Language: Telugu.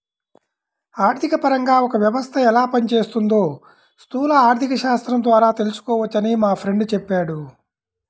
ఆర్థికపరంగా ఒక వ్యవస్థ ఎలా పనిచేస్తోందో స్థూల ఆర్థికశాస్త్రం ద్వారా తెలుసుకోవచ్చని మా ఫ్రెండు చెప్పాడు